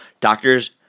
Doctors